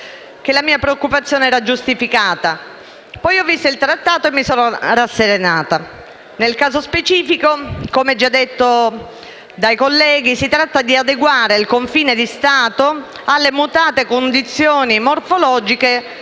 che la mia preoccupazione era giustificata. Poi, ho visto il Trattato e mi sono rasserenata. Nel caso specifico, come già detto dai colleghi, si tratta di adeguare il confine di Stato alle mutate condizioni morfologiche